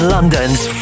London's